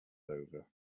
over